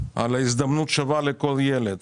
הזדמנות שווה לכל ילד